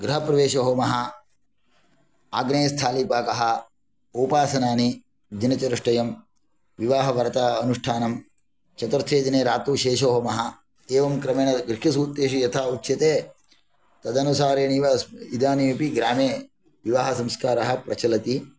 गृहप्रवेशोहोमः अग्नेयस्थालिपाकः औपासनानि दिनचतुष्टयं विवाहव्रत अनुष्ठानं चतुर्थे दिने रात्रिशेषहोमः एवं क्रमेण गृह्यसूक्तेषु यथा उच्यते तदनुसारेणैव इदानीमपि ग्रामे विवाहसंस्कारः प्रचलति